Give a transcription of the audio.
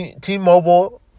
T-Mobile